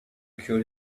cured